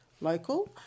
local